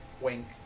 Wink